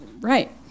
right